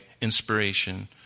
inspiration